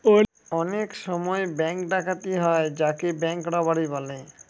অনেক সময় ব্যাঙ্ক ডাকাতি হয় যাকে ব্যাঙ্ক রোবাড়ি বলে